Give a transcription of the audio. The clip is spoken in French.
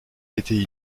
été